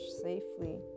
safely